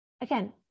Again